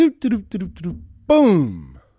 boom